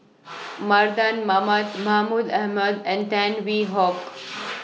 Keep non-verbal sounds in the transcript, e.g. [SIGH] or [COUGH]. [NOISE] Mardan Mamat Mahmud Ahmad and Tan Hwee Hock